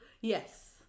Yes